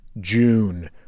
June